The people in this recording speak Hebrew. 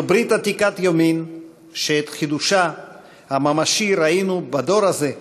זו ברית עתיקת יומין שאת חידושה הממשי ראינו בדור הזה,